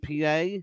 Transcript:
PA